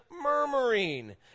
murmuring